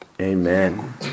amen